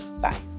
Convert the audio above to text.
bye